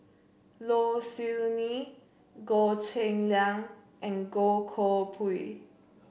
Low Siew Nghee Goh Cheng Liang and Goh Koh Pui